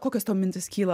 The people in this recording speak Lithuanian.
kokios tavo mintys kyla